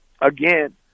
again